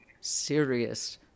serious